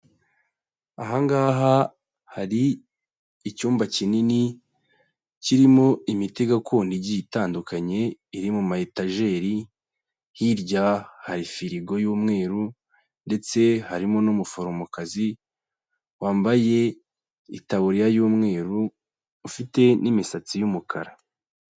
Aha ngaha hari icyumba kinini, kirimo imiti gakondo igiye itandukanye iri mu ma etageri, hirya hari firigo y'umweru, ndetse harimo n'umuforomokazi, wambaye itaburiya y'umweru, ufite n'imisatsi y'umukara.